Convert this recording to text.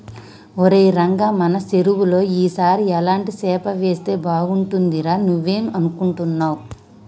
ఒరై రంగ మన సెరువులో ఈ సారి ఎలాంటి సేప వేస్తే బాగుంటుందిరా నువ్వేం అనుకుంటున్నావ్